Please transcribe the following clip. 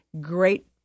Great